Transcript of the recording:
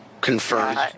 Confirmed